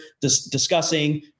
discussing